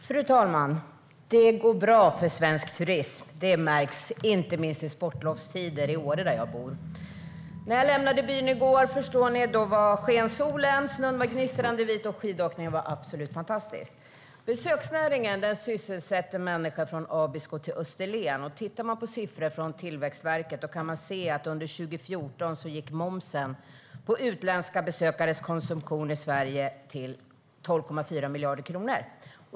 Fru talman! Det går bra för svensk turism. Det märks inte minst i sportlovstider i Åre, där jag bor. När jag lämnade byn i går sken solen. Snön var gnistrande vit. Och skidåkningen var absolut fantastisk. Besöksnäringen sysselsätter människor från Abisko till Österlen. Tittar man på siffror från Tillväxtverket kan man se att momsen på utländska besökares konsumtion i Sverige 2014 uppgick till 12,4 miljarder kronor.